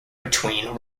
between